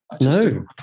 No